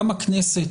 גם הכנסת,